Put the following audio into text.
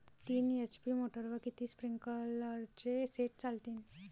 तीन एच.पी मोटरवर किती स्प्रिंकलरचे सेट चालतीन?